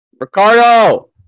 Ricardo